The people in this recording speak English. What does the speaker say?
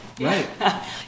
right